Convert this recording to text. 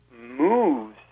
moves